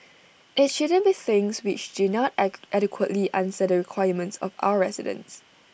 IT shouldn't be things which do not egg adequately answer the requirements of our residents